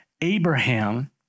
Abraham